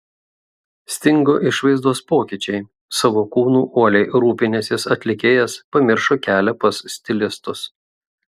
stingo išvaizdos pokyčiai savo kūnu uoliai rūpinęsis atlikėjas pamiršo kelią pas stilistus